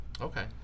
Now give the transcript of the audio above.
Okay